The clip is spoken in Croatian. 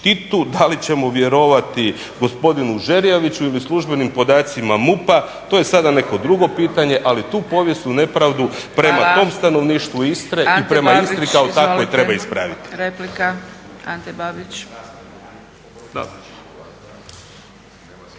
da li ćemo vjerovati Žerjaviću ili službenim podacima MUP-a to je sad neko drugo pitanje, ali tu povijesnu nepravdu prema tom stanovništvu Istre i prema Istri kao takvoj treba ispraviti.